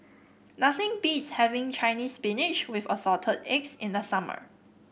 nothing beats having Chinese Spinach with Assorted Eggs in the summer